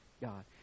God